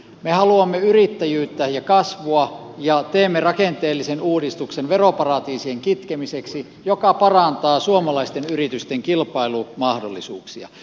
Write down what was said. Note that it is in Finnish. me haluamme yrittäjyyttä ja kasvua ja teemme rakenteellisen uudistuksen veroparatiisien kitkemiseksi mikä parantaa suomalaisten yritysten kilpailumahdollisuuksia